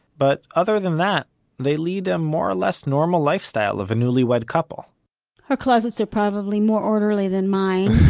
but other than that they lead a more or less normal lifestyle of a newly-wed couple her closets are probably more orderly than mine.